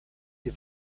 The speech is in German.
sie